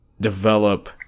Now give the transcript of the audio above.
develop